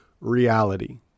reality